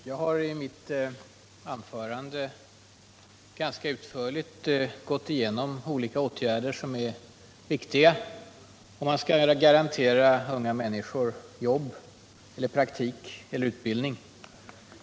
Jag har i mitt anförande ganska utförligt gått igenom olika åtgärder som är viktiga för att garantera unga människor jobb, praktik eller utbildning.